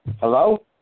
Hello